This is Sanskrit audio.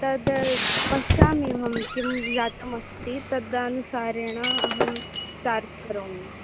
तद् पश्यामि अहं किं जातमस्ति तदनुसारेण अहं चार्ज् करोमि